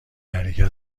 حرکت